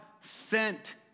sent